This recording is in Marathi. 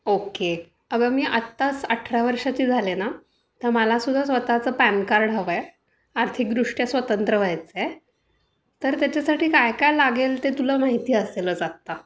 ओके अगं मी आत्ताच अठरा वर्षाची झाले ना तर मलासुद्धा स्वतःचं पॅन कार्ड हवं आहे आर्थिकदृष्ट्या स्वतंत्र व्हायचं आहे तर त्याच्यासाठी काय काय लागेल ते तुला माहिती असेलच आत्ता